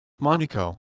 Monaco